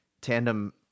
tandem